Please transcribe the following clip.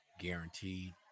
guaranteed